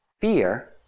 Fear